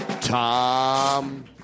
Tom